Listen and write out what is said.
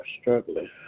struggling